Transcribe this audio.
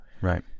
right